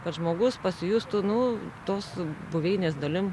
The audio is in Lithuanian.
kad žmogus pasijustų nu tos buveinės dalim